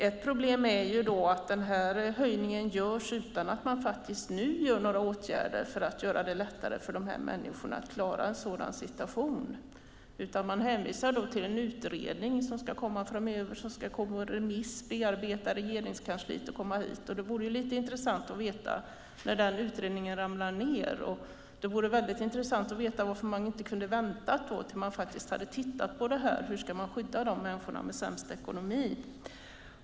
Ett problem är att höjningen görs utan att man nu vidtar några åtgärder för att göra det lättare för dessa människor att klara en sådan situation, utan man hänvisar till en utredning som ska komma framöver och som ska ut på remiss efter bearbetning på Regeringskansliet. Det vore intressant att veta när den utredningen ramlar ned och intressant att veta varför man inte kunde vänta tills man hade tittat på hur man ska skydda människorna med sämst ekonomi.